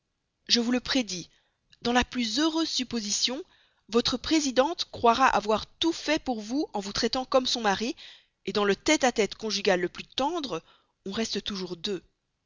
je vous le prédis dans la plus heureuse supposition votre présidente croira avoir tout fait pour vous en vous traitant comme son mari dans le tête-à-tête conjugal le plus tendre on reste toujours deux